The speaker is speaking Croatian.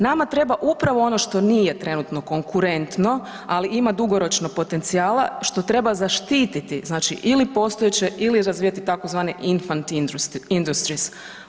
Nama treba upravo ono što nije trenutno konkurentno, ali ima dugoročno potencijala, što treba zaštititi znači ili postojeće ili razvijati tzv. infant industry.